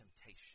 temptation